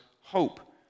hope